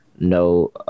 No